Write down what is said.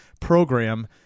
program